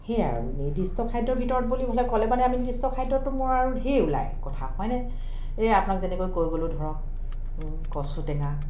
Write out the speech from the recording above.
সেয়াই আৰু নিৰ্দিষ্ট খাদ্যৰ ভিতৰত বুলি ভালে ক'লে মানে আমি নিৰ্দিষ্ট খাদ্যটো মোৰ আৰু ধেৰ ওলায় কথা হয়নে এই আপোনাক যেনেকৈ কৈ গ'লোঁ ধৰক কচু টেঙা